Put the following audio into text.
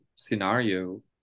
scenario